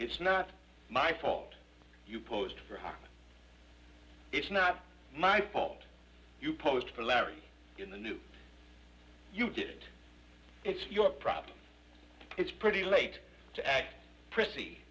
it's not my fault you posed for her it's not my fault you posed for larry in the new you did it's your problem it's pretty late to act prissy